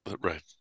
Right